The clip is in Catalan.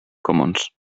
commons